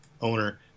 owner